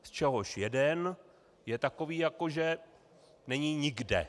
Z čehož jeden je takový, jako že není nikde.